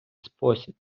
спосіб